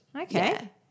Okay